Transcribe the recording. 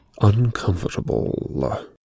uncomfortable